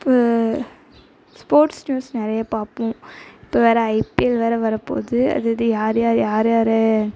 sports news நிறைய பார்ப்போம் இப்போ வேற ஐபிஎல் வேற வரப்போகுது அது இது யார் யார் யார் யார்